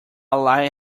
lie